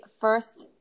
first